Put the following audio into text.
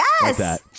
Yes